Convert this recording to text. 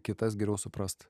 kitas geriau suprast